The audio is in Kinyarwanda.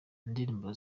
indirimbo